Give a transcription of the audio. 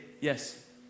yes